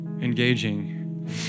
engaging